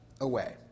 away